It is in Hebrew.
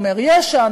הוא אומר: יש"ע.